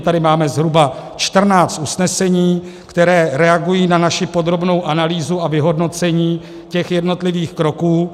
My tady máme zhruba čtrnáct usnesení, která reagují na naši podrobnou analýzu a vyhodnocení těch jednotlivých kroků.